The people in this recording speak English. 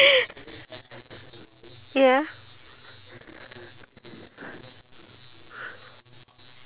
I'm trying out this diet where I have to be hungry all the time and it's working and I'm loving my life